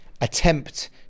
attempt